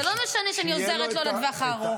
זה לא משנה שאני עוזרת לו לטווח הארוך.